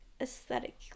aesthetic